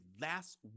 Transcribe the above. last